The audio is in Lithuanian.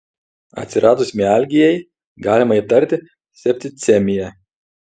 atsiradus mialgijai galima įtarti septicemiją